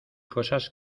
cosas